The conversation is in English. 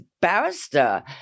barrister